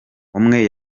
umwe